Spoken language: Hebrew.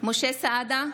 משה סעדה,